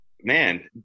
Man